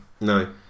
No